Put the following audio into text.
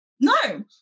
No